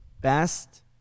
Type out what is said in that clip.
best